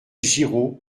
giraud